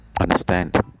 understand